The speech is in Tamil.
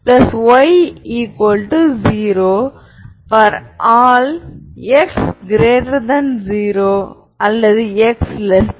நான் பார் ஐ எடுத்துக் கொண்டால் என குறிக்கிறது Avv